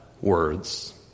words